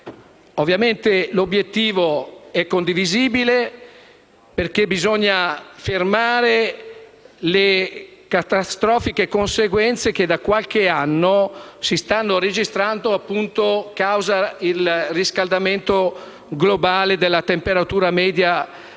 certamente condivisibile, perché bisogna fermare le catastrofiche conseguenze che da qualche anno si stanno registrando a causa del riscaldamento globale e della temperatura media del